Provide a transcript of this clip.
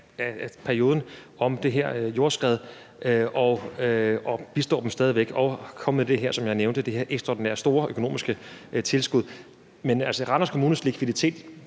perioden, om det her jordskred, og vi bistår dem stadig væk og er kommet med det her, som jeg nævnte, det her ekstraordinært store økonomiske tilskud. Men Randers Kommunes likviditet